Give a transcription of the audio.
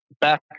back